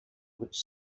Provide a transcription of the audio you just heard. which